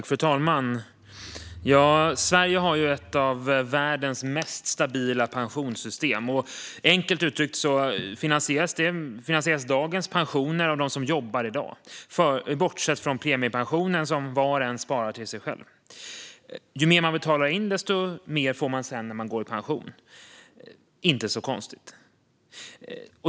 Fru talman! Sverige har ett av världens mest stabila pensionssystem. Enkelt uttryckt finansieras dagens pensioner av dem som jobbar i dag, bortsett från premiepensionen som var och en sparar till själv. Ju mer man betalar in desto mer får man sedan när man går i pension - inte så konstigt.